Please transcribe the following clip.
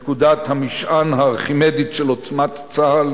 נקודת המשען הארכימדית של עוצמת צה"ל